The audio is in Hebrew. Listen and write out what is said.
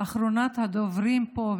אחרונת הדוברים פה,